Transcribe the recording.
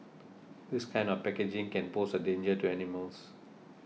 this kind of packaging can pose a danger to animals